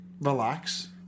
relax